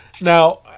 now